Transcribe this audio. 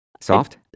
Soft